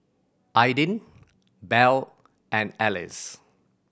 Aydin Bell and Alize